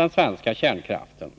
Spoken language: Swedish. En annan sak som jag vill ta upp